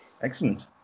Excellent